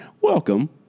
welcome